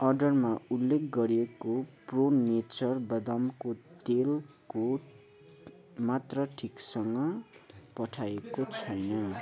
अडरमा उल्लेख गरिएको pro nature बदामको तेलको मात्रा ठिकसँग पठाइएको छैन